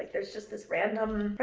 there's just this random,